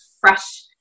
fresh